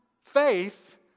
faith